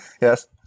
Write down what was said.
Yes